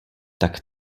tak